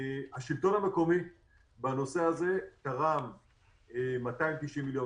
השלטון המקומי בנושא הזה תרם 290 מיליון